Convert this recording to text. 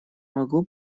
могу